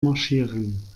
marschieren